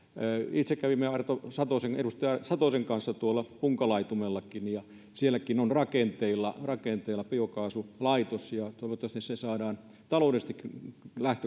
itse kävin edustaja arto satosen kanssa punkalaitumella ja sielläkin on rakenteilla rakenteilla biokaasulaitos toivottavasti se saadaan taloudellisestikin